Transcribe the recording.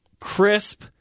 crisp